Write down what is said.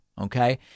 Okay